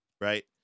right